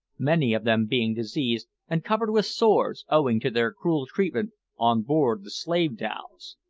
many of them being diseased and covered with sores, owing to their cruel treatment on board the slave-dhows.